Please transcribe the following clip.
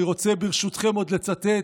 אני רוצה ברשותכם עוד לצטט